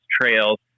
trails